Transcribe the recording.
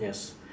yes